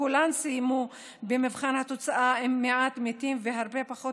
כולן סיימו במבחן התוצאה עם מעט מתים והרבה פחות